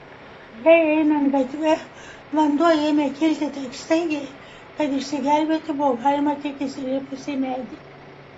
jai einant gatve vanduo ėmė kilti taip staigiai kad išsigelbėti buvo galima tik įsilipus į medį